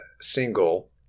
single